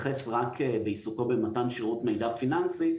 להתייחס רק בעיסוקו במתן שירות מידע פיננסי,